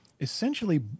essentially